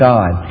God